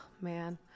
man